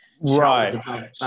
right